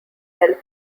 help